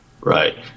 Right